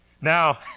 Now